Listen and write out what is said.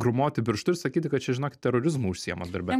grūmoti pirštu ir sakyti kad čia žinok terorizmu užsiimat darbe